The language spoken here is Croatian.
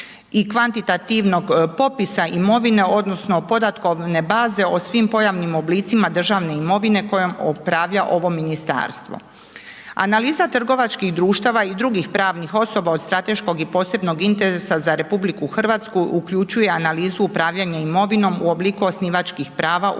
i kvantitativnog popisa imovine odnosno podatkovne baze o svim pojavnim oblicima državne imovine kojom upravlja ovo ministarstvo. Analiza trgovačkih društava i drugih pravnih osoba od strateškog je posebnog interesa za RH, uključuje analizu upravljanja imovinom u obliku osnivačkih prava u pravnim